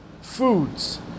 foods